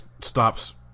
stops